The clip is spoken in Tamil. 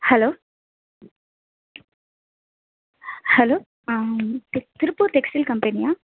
hello hello Tiru Tiruppur textile கம்பெனியா